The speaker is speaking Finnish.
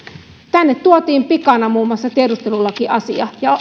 tänne tuotiin pikana muun muassa tiedustelulakiasia ja